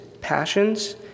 passions